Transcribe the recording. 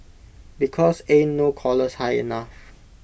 because ain't no collars high enough